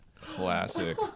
Classic